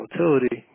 volatility